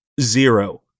zero